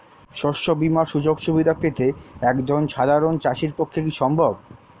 শস্য বীমার সুযোগ সুবিধা পেতে একজন সাধারন চাষির পক্ষে কি সম্ভব?